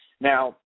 Now